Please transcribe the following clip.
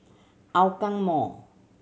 Hougang Mall